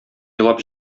елап